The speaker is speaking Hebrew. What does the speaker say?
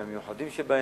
מהמיוחדים שבהם,